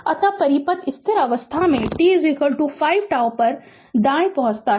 अत परिपथ स्थिर अवस्था में t 5 τ दाएँ पहुँचता है